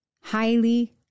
highly